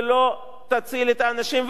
ולא תציל את האנשים,